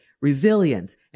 resilience